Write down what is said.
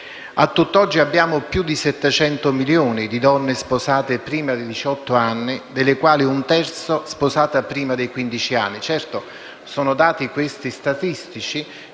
A tutt'oggi abbiamo più di 700 milioni di donne sposate prima dei diciotto anni, delle quali un terzo sposate prima dei quindici